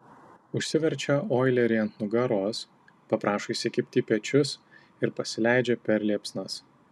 užsiverčia oilerį ant nugaros paprašo įsikibti į pečius ir pasileidžia per liepsnas